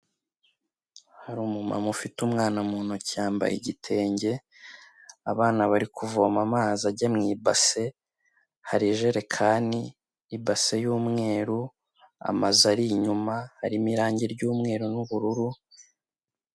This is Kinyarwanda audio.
Hari umumama ufite umwana mu ntoki, yambaye igitenge. Abana bari kuvoma amazi ajye mu ibase. Hari ijerekani, ibase y'umweru, amazu ari inyuma harimo irangi ry'umweru n'ubururu.